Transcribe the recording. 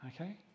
Okay